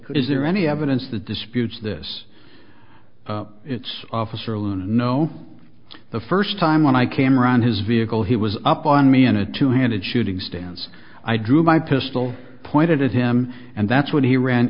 could is there any evidence that disputes this it's officer alone no the first time when i came around his vehicle he was up on me in a two handed shooting stance i drew my pistol pointed at him and that's when he ran